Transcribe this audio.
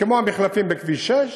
כמו המחלפים בכביש 6,